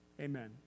Amen